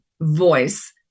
voice